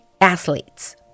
athletes